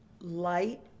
light